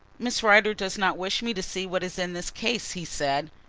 miss rider does not wish me to see what is in this case, he said.